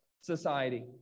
society